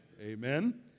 Amen